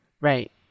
Right